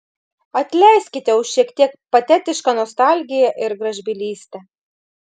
atleiskite už šiek tiek patetišką nostalgiją ir gražbylystę